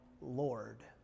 Lord